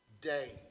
day